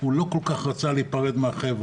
הוא לא כל כך רצה להיפרד מהחבר'ה,